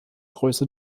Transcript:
größe